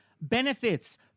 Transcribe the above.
benefits